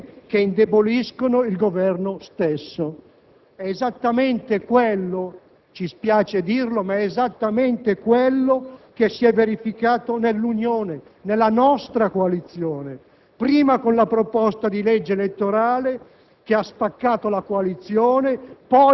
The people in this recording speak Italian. ci chiedono perché operiamo in questa direzione e si voltano dall'altra parte. Se si fa parte di una coalizione, non si possono considerare gli alleati, tutti gli alleati della coalizione, una zavorra della quale potersi disfare;